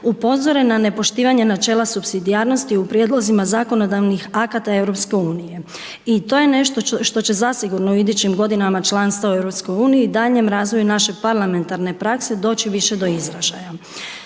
upozore na nepoštivanje načela supsidijarnosti u prijedlozima zakonodavnih akata EU i to je nešto što će zasigurno u idućim godinama članstvo u EU i daljnjem razvoju naše parlamentarne prakse doći više do izražaja.